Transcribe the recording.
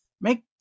make